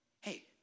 Hey